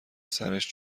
سرش